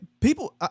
People